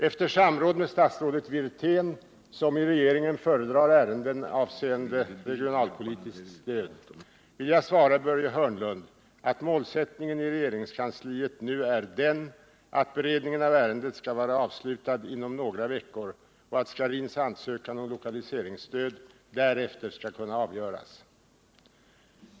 Efter samråd med statsrådet Wirtén, som i regeringen föredrar ärenden avseende regionalpolitiskt stöd, vill jag svara Börje Hörnlund att målsättningen i regeringskansliet nu är den att beredningen av ärendet skall vara avslutad inom några veckor och att Scharins ansökan om lokaliseringsstöd därefter skall kunna avgöras.